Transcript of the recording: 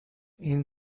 این